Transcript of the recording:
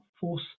force